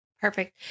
Perfect